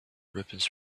weapons